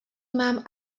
mám